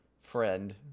friend